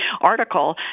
article